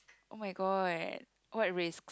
oh-my-god what race